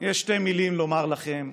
יש שתי מילים לומר לכם: